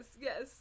yes